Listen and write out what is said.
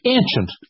ancient